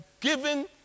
given